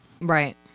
Right